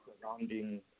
surrounding